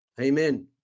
Amen